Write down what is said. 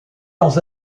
dans